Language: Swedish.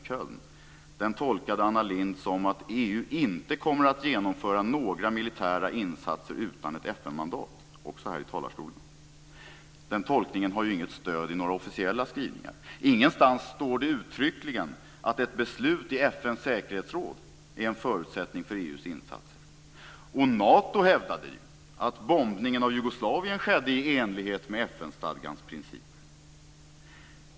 Köln tolkade Anna Lindh som att EU inte kommer att genomföra några militära insatser utan ett FN mandat, också här i talarstolen. Denna tolkning har inget stöd i officiella skrivningar. Ingenstans står det uttryckligen att ett beslut i FN:s säkerhetsråd är en förutsättning för EU:s insatser. Nato hävdade ju att bombningarna i Jugoslavien skedde i enlighet med FN-stadgans principer.